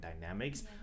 dynamics